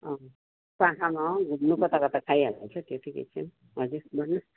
अँ पाखामा अँ घुम्नु कता कता खाइहाल्नु पर्छ त्यतिकै एकछिन हजुर भन्नु